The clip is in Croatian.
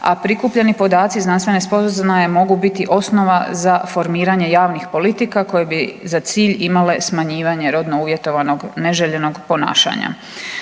a prikupljeni podaci znanstvene spoznaje mogu biti osnova za formiranje javnih politika koje bi za cilj imale smanjivanje rodno uvjetovanog neželjenog ponašanja.